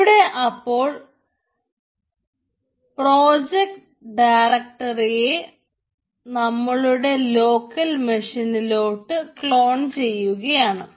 ഇവിടെ അപ്പോൾ ഒരു പ്രോജക്ട് ഡയറക്ടറിയെ ക്ലോൺ ചെയ്യുകയാണ്